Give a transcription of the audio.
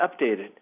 updated